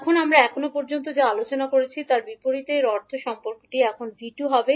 এখন আমরা এখন পর্যন্ত যা আলোচনা করেছি তার বিপরীতে এর অর্থ সম্পর্কটি এখন 𝐕2 হবে